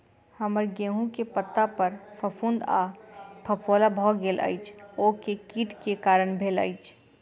हम्मर गेंहूँ केँ पत्ता पर फफूंद आ फफोला भऽ गेल अछि, ओ केँ कीट केँ कारण भेल अछि?